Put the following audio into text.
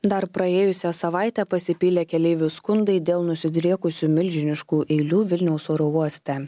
dar praėjusią savaitę pasipylė keleivių skundai dėl nusidriekusių milžiniškų eilių vilniaus oro uoste